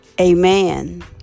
amen